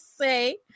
say